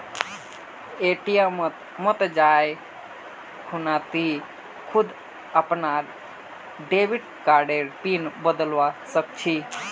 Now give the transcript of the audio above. ATM मत जाइ खूना टी खुद अपनार डेबिट कार्डर पिन बदलवा सख छि